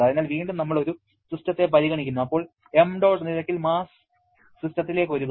അതിനാൽ വീണ്ടും നമ്മൾ ഒരു സിസ്റ്റത്തെ പരിഗണിക്കുന്നു അതിൽ ṁ നിരക്കിൽ മാസ് സിസ്റ്റത്തിലേക്ക് ഒഴുകുന്നു